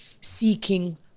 seeking